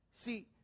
See